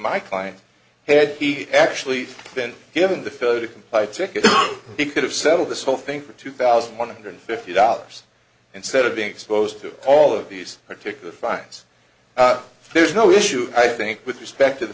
my client had he actually been given the failure to comply ticket he could have settled this whole thing for two thousand one hundred fifty dollars yes instead of being exposed to all of these particular fines there's no issue i think with respect to the